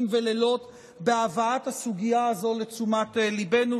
ולילות בהבאת הסוגיה הזאת לתשומת ליבנו.